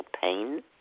pain